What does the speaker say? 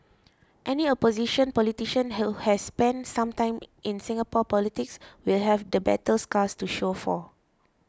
any opposition politician who has spent some time in Singapore politics will have the battle scars to show for